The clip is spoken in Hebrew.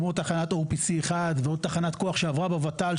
כמו תחנת אור PC-1 ועוד תחנת כוח שעברה בוות"ל,